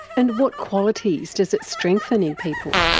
and what qualities does it strengthen in people?